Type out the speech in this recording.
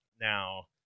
Now